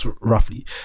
roughly